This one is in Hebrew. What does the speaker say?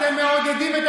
אתם מעודדים את